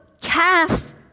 cast